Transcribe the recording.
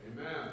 Amen